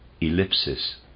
ellipsis